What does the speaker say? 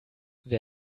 wer